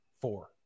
four